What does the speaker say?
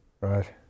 Right